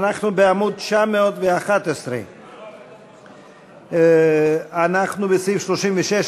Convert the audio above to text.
אנחנו בעמוד 911. אנחנו בסעיף 36,